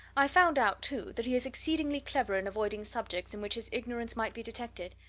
i found out, too, that he is exceedingly clever in avoiding subjects in which his ignorance might be detected.